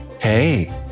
Hey